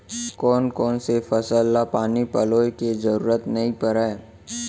कोन कोन से फसल ला पानी पलोय के जरूरत नई परय?